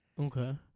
okay